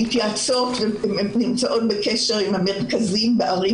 אנחנו מתייעצות ונמצאות בקשר עם המרכזים בערים